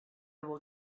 will